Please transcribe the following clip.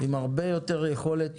עם הרבה יותר יכולת